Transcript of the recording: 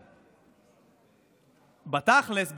בתכלס,